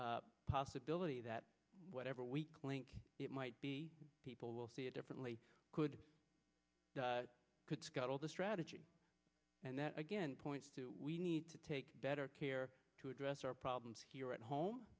possibility that whatever weak link it might be people will see it differently could could scuttle the strategy and that again points to we need to take better care to address our problems here at home